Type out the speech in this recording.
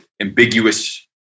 ambiguous